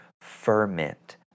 ferment